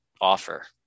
offer